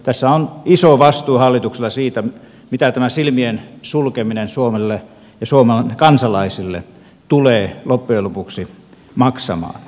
tässä on iso vastuu hallituksella siitä mitä tämä silmien sulkeminen suomelta ja suomen kansalaisilta tulee loppujen lopuksi maksamaan